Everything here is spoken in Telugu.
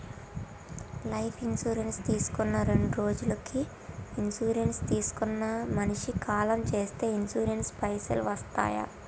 లైఫ్ ఇన్సూరెన్స్ తీసుకున్న రెండ్రోజులకి ఇన్సూరెన్స్ తీసుకున్న మనిషి కాలం చేస్తే ఇన్సూరెన్స్ పైసల్ వస్తయా?